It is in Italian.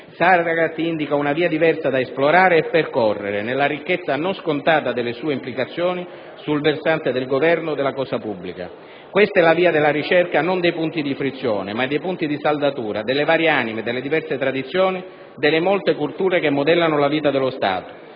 Saragat indica una via diversa da esplorare e percorrere nella ricchezza non scontata delle sue implicazioni sul versante del governo della cosa pubblica. Questa è la via della ricerca non dei punti di frizione, ma dei punti di saldatura delle varie anime, delle diverse tradizioni, delle molte culture che modellano la vita dello Stato.